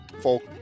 folk